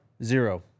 Zero